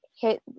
hit